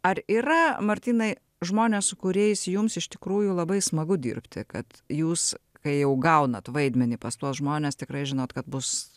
ar yra martynai žmonės su kuriais jums iš tikrųjų labai smagu dirbti kad jūs kai jau gaunat vaidmenį pas tuos žmones tikrai žinot kad bus